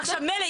מילא,